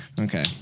Okay